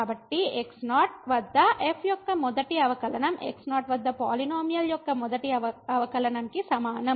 కాబట్టి x0 వద్ద f యొక్క మొదటి అవకలనం x 0 వద్ద పాలినోమియల్ యొక్క మొదటి అవకలనంకి సమానం